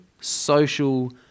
social